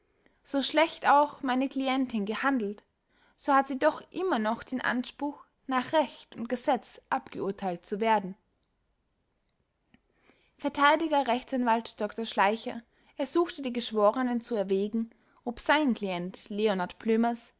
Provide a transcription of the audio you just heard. so schlecht auch meine klientin gehandelt so hat sie doch immer noch den anspruch nach recht und gesetz abgeurteilt zu werden verteidiger rechtsanwalt dr schleicher ersuchte die geschworenen zu erwägen ob sein klient leonard blömers